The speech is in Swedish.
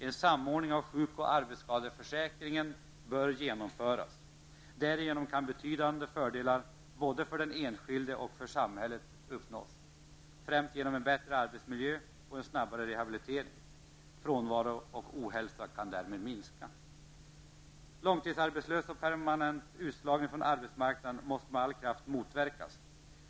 En samordning av sjukoch arbetsskadeförsäkringen bör genomföras. Därigenom kan betydande fördelar både för den enskilde och för samhället uppnås, främst genom en bättre arbetsmiljö och en snabbare rehabilitering. Frånvaro och ohälsa kan därmed minska. Långtidsarbetslöshet och permanent utslagning från arbetsmarknaden måste med all kraft motverkas.